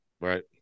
right